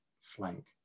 flank